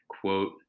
quote